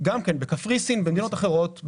גם כן בקפריסין ובמדינות אחרות,